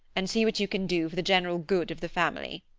and see what you can do for the general good of the family.